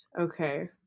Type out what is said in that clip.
Okay